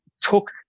took